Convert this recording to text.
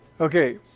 okay